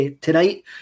tonight